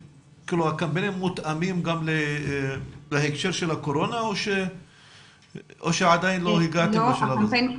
הקמפיינים מותאמים גם להקשר של הקורונה או שעדיין לא הגעתם לשלב הזה?